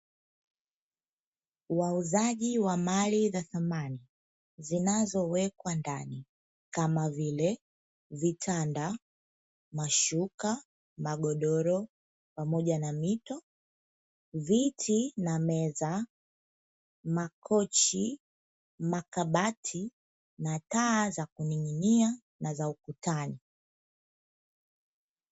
Wauzaji wa mali za thamani zinazowekwa ndani kama vile vitanda, mashuka, magodoro pamoja na mito, viti na meza, makochi, makabati na taa za kuning'inia na za ukutani.